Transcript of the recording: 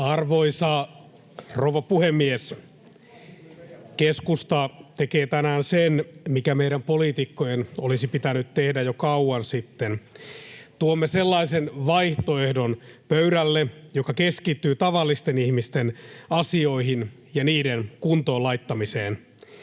Arvoisa rouva puhemies! Keskusta tekee tänään sen, mikä meidän poliitikkojen olisi pitänyt tehdä jo kauan sitten: tuomme pöydälle sellaisen vaihtoehdon, joka keskittyy tavallisten ihmisten asioihin ja niiden kuntoon laittamiseen.